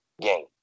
game